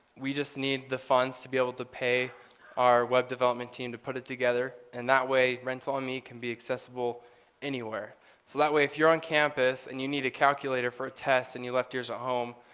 we just need the funds to be able to pay our web development team to put it together and that way rental on me can be accessible anywhere. so that way if you're on campus and you need a calculator for a test and you left your ah home,